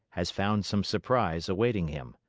has found some surprise awaiting him.